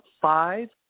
five